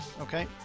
Okay